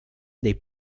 dei